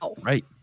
Right